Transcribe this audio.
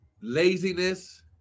laziness